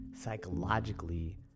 psychologically